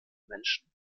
menschen